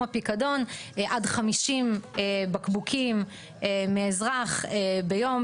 הפיקדון עד 50 בקבוקים מאזרח ביום,